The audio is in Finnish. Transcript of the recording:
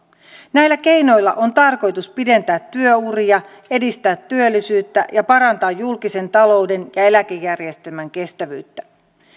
näillä keinoilla on tarkoitus pidentää työuria edistää työllisyyttä ja parantaa julkisen talouden ja eläkejärjestelmän kestävyyttä